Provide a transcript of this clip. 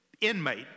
inmate